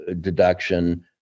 deduction